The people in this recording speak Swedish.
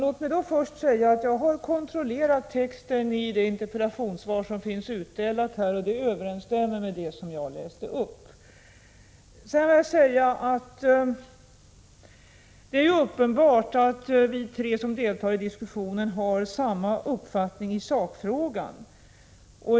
Herr talman! Jag har kontrollerat texten i det interpellationssvar som finns utdelat här i kammaren. Det överensstämmer med det som jag läste upp. Det är uppenbart att vi tre som deltar i diskussionen har samma uppfattning i sakfrågan.